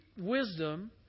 wisdom